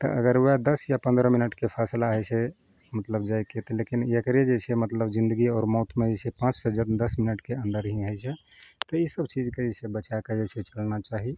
तऽ अगर उएह दस या पन्द्रह मिनटके फैसला होइ छै मतलब जाइके लेकिन तऽ एकरे जे छै मतलब जिन्दगी आओर मौतमे जे छै पाँचसँ जब दस मिनटके अन्दर ही हइ छै तऽ ई सब चीजके जे छै बचाके जे छै से करना चाही